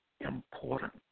important